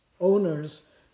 owner's